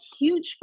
huge